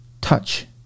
touch